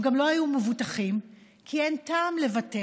הם גם לא היו מבוטחים, כי אין טעם לבטח,